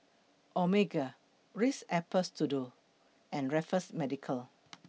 Omega Ritz Apple Strudel and Raffles Medical